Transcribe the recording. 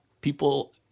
People